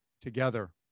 together